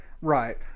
Right